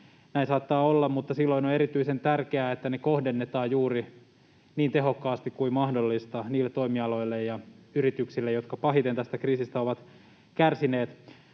Näin saattaa olla, mutta silloin on erityisen tärkeää, että ne kohdennetaan, niin tehokkaasti kuin mahdollista, juuri niille toimialoille ja yrityksille, jotka pahiten tästä kriisistä ovat kärsineet.